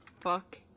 fuck